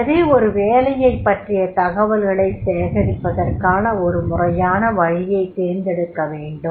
எனவே ஒரு வேலையைப் பற்றிய தகவல்களைச் சேகரிப்பதற்கான ஒரு முறையான வழியைத் தேர்ந்தெடுக்கவேண்டும்